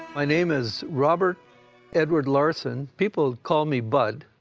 my name is robert edward larson. people call me bud.